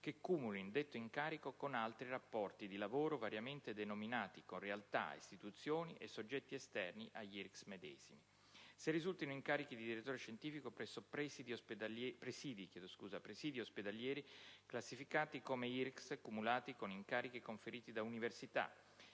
che cumulino detto incarico con altri rapporti di lavoro variamente denominati con realtà, istituzioni e soggetti esterni agli IRCCS medesimi; se risultino incarichi di direttore scientifico presso presidi ospedalieri classificati come IRCCS cumulati con incarichi conferiti da università;